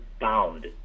bound